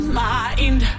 mind